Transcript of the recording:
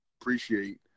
appreciate